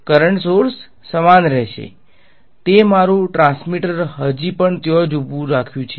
current source સમાન રહેશે મેં મારું ટ્રાન્સમીટર હજી પણ ત્યાં જ ઉભું રાખ્યું છે